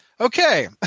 Okay